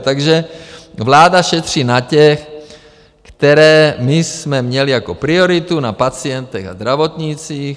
Takže vláda šetří na těch, které my jsme měli jako prioritu, na pacientech a zdravotnících.